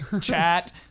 Chat